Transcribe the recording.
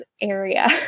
area